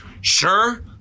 Sure